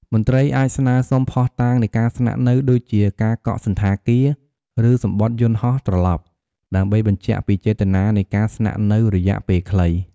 មន្ត្រីអាចស្នើសុំភស្តុតាងនៃការស្នាក់នៅ ដូចជាការកក់សណ្ឋាគារ ឬសំបុត្រយន្តហោះត្រឡប់ ដើម្បីបញ្ជាក់ពីចេតនានៃការស្នាក់នៅរយៈពេលខ្លី។